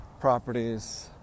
properties